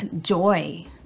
joy